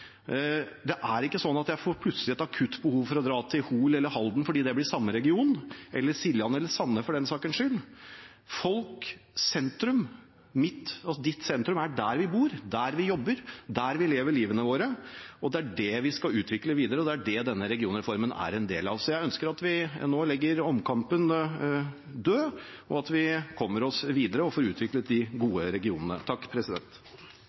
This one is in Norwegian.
Det er ikke sånn at jeg plutselig får et akutt behov for å dra til Hol eller Halden fordi det blir samme region, eller Siljan eller Sande for den sakens skyld. Sentrum er der vi bor, der vi jobber, og der vi lever livet vårt. Det er det vi skal utvikle videre, og det er det denne regionreformen er en del av. Så jeg ønsker at vi nå legger omkampen død, at vi kommer oss videre og får utviklet de